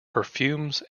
perfumes